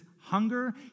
hunger